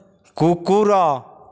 କୁକୁର